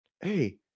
Hey